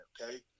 okay